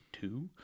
two